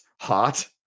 hot